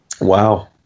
Wow